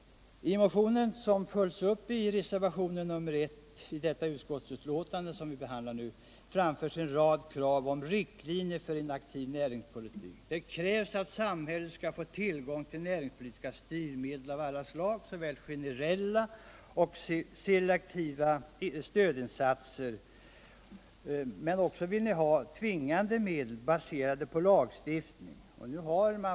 I motionen, som följs upp av reservationen 1 i det utskottsbetänkande som vi nu behandlar, framförs en rad krav på riktlinjer för en aktiv näringspolitik. Det krävs att samhället skall få tillgång till näringspolitiska styrmedel av alla slag, såväl generella som selektiva stödinsatser, men också tvingande medel baserade på lagstiftning.